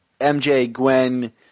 MJ-Gwen